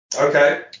Okay